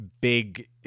big